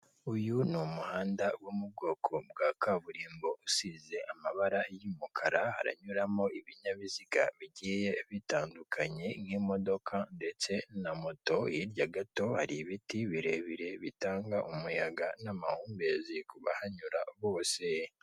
Uyu ni umuhanda wo m'ubwoko bwa kaburimbo usize amabara y'umukara, haranyuramo ibinyabiziga biye bitandukanye nk'imodoka ndetse na moto, hirya gato hari ibiti birebire bitaga umuyaga n'amahumbezi kubahanyura bose.